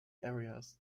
areas